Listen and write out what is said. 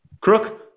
Crook